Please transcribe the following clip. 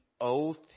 oath